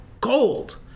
gold